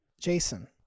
jason